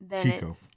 Chico